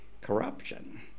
corruption